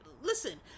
listen